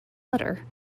udder